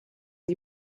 die